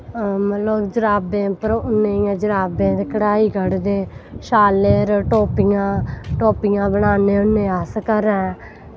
मतलव जराबें पर उन्ना दियें जराबें पर कढ़ाई कढ़दे शाल्लें पर टोपियां टोपियां बनान्ने होन्ने अस घरैं